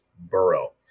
burrow